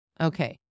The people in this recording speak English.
Okay